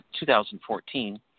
2014